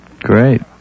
Great